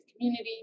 community